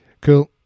Cool